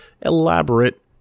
elaborate